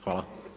Hvala.